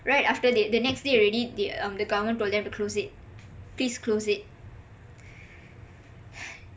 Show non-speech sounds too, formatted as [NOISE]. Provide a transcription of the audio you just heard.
right after the the next day already they um the government told them to close it please close it [BREATH]